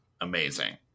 amazing